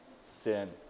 sin